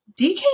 DK